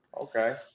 Okay